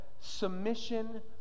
submission